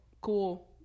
cool